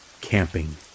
Camping